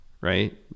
right